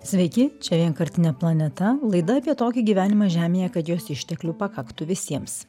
sveiki čia vienkartinė planeta laida apie tokį gyvenimą žemėje kad jos išteklių pakaktų visiems